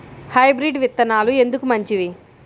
Hybrid విత్తనాలు ఎందుకు మంచివి?